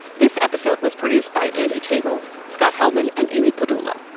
this episode was produced by andee tagle, scott helman, and amy padula.